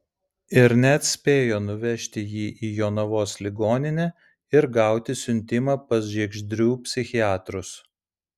ir net spėjo nuvežti jį į jonavos ligoninę ir gauti siuntimą pas žiegždrių psichiatrus